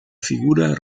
figura